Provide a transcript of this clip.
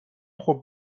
خوب